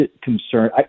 concern